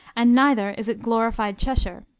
and neither is it glorified cheshire.